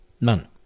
None